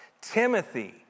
Timothy